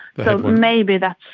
so maybe that's